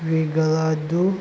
ꯔꯤꯒꯜ ꯑꯗꯨ